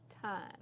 time